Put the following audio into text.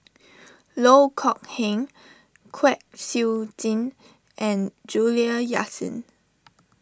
Loh Kok Heng Kwek Siew Jin and Juliana Yasin